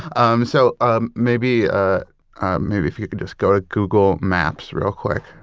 um so ah maybe ah maybe if you could just go to google maps real quick.